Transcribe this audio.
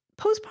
postpartum